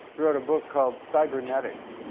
wrote a book called cybernetics